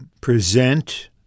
present